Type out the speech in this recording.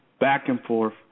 back-and-forth